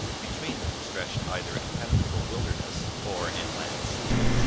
between them stretched either an impenetrable wilderness or an inland sea.